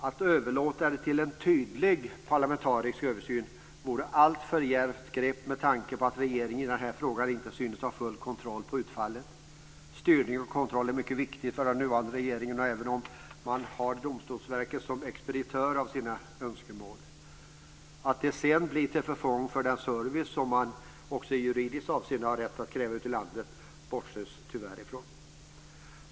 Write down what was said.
Att överlåta det till en tydlig parlamentarisk översyn vore ett alltför djärvt grepp med tanke på att regeringen i den här frågan inte synes ha full kontroll på utfallet. Styrning och kontroll är mycket viktigt för den nuvarande regeringen, även om man har Domstolsverket som expeditör av sina önskemål. Att det sedan blir till förfång för den service som man också i juridiskt avseende har rätt att kräva ute i landet bortses det tyvärr från.